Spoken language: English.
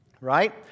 Right